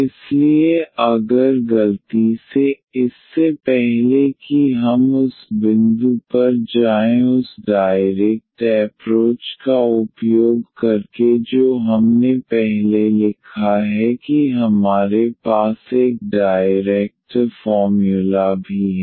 इसलिए अगर गलती से इससे पहले कि हम उस बिंदु पर जाएं उस डायरेक्ट एप्रोच का उपयोग करके जो हमने पहले लिखा है कि हमारे पास एक डायरेक्टर फॉर्म्युला भी है